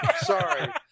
Sorry